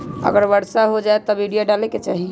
अगर वर्षा हो जाए तब यूरिया डाले के चाहि?